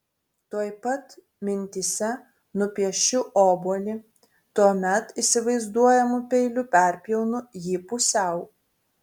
tuoj pat mintyse nupiešiu obuolį tuomet įsivaizduojamu peiliu perpjaunu jį pusiau